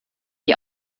die